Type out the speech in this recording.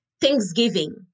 thanksgiving